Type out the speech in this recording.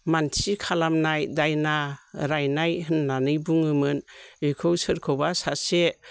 खालामनाय दायना रायनाय होननानै बुङोमोन बिखौ सोरखौबा सासे